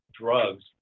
drugs